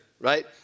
right